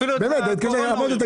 אמרתי: